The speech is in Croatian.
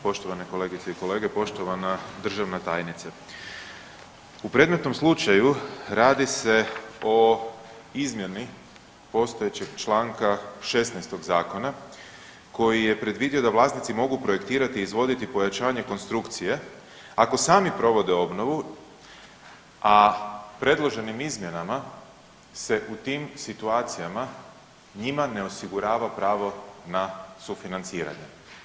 Poštovane kolegice i kolege, poštovana državna tajnice, u predmetnom slučaju radi se o izmjeni postojećeg Članka 16. zakona koji je predvidio da vlasnici mogu projektirati i izvoditi pojačanje konstrukcije ako sami provode obnovu, a predloženim izmjenama se u tim situacijama njima ne osigurava pravo na sufinanciranje.